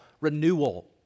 renewal